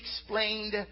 explained